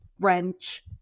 French